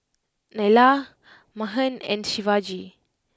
Neila Mahan and Shivaji